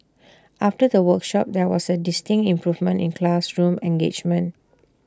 after the workshops there was A distinct improvement in classroom engagement